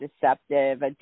deceptive